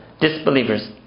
disbelievers